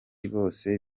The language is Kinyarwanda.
bose